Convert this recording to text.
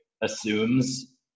assumes